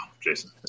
Jason